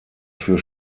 für